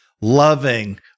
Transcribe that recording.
loving